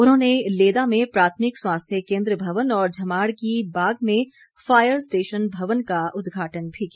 उन्होंने लेदा में प्राथमिक स्वास्थ्य केंद्र भवन और झमाड़ की बाग में फायर स्टेशन भवन का उद्घाटन भी किया